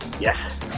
Yes